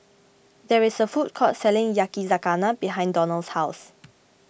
there is a food court selling Yakizakana behind Donnell's house